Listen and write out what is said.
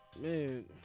Man